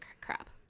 crap